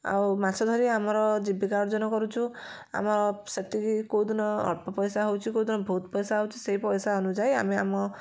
ଆଉ ମାଛ ଧରିବା ଆମର ଜୀବିକା ଅର୍ଜନ କରୁଛୁ ଆମ ସେତିକି କେଉଁ ଦିନ ଅଳ୍ପ ପଇସା ହଉଛି କେଉଁ ଦିନ ବହୁତ ପଇସା ହଉଛି ସେଇ ପଇସା ଅନୁଯାୟୀ ଆମେ ଆମ